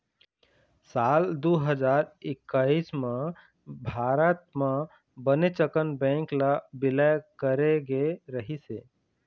साल दू हजार एक्कइस म भारत म बनेच अकन बेंक ल बिलय करे गे रहिस हे